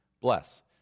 Bless